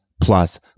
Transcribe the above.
plus